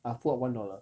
I pull out one dollar